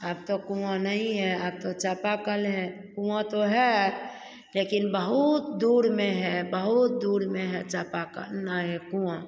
अब तो कुआँ नहीं है आब तो चापाकल है कुआँ तो है लेकिन बहुत दूर में है बहुत दूर में है चापाकल ना ये कुआँ